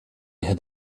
had